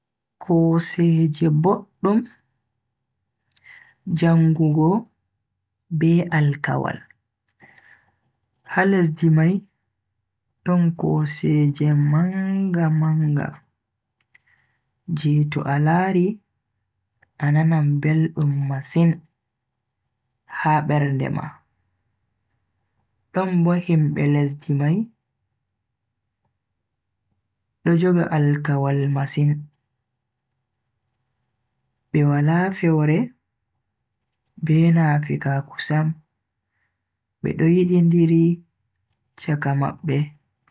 Koseeje boddum, jangugo be alkawal. Ha lesdi mai don koseeje manga manga je to a lari a nana beldum masin ha bernde ma. Don bo himbe lesdi mai do joga alkawal masin, be wala fewre be nafikaaku sam bedo yidindiri chaka mabbe.